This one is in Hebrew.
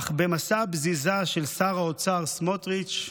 אך במסע הבזיזה של שר האוצר סמוטריץ',